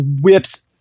whips